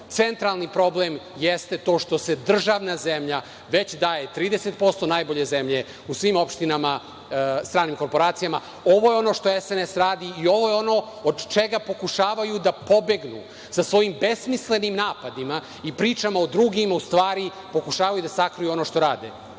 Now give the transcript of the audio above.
Centralni problem je što se državna zemlja već daje 30% najbolje zemlje u svim opštinama stranim korporacijama. Ovo je ono što SNS radi i ovo je ono od čega pokušavaju da pobegnu sa ovim besmislenim napadima i pričama o drugima, a u stvari pokušavaju da sakriju ono što rade.